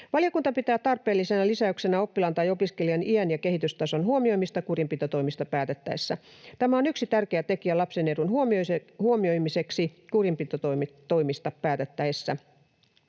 Valiokunta pitää tarpeellisena lisäyksenä oppilaan tai opiskelijan iän ja kehitystason huomioimista kurinpitotoimista päätettäessä. Tämä on yksi tärkeä tekijä lapsen edun huomioimiseksi kurinpitotoimista päätettäessä.